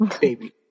baby